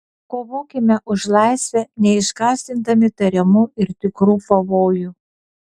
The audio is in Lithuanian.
kovokime už laisvę neišsigąsdami tariamų ir tikrų pavojų